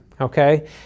okay